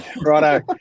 Righto